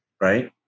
right